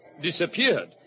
disappeared